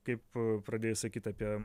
kaip pradėjai sakyt apie